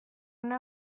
una